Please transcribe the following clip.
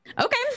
Okay